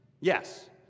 yes